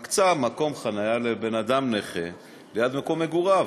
מקצה מקום חניה לבן-אדם נכה ליד מקום מגוריו.